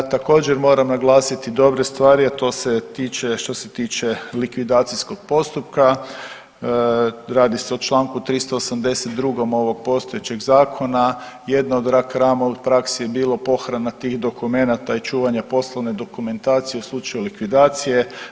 Također moram naglasiti dobre stvari, a to se tiče što se tiče likvidacijskog postupka, radi se o čl. 382. ovog postojećeg zakona, jedna od raka rana u praksi je bilo pohrana tih dokumenata i čuvanja poslovne dokumentacije u slučaju likvidacije.